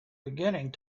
beginning